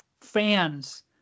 fans